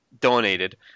donated